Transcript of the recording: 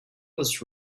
was